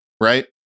right